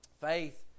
Faith